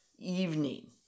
evening